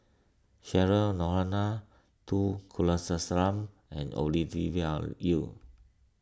Cheryl Noronha two Kulasekaram and Yu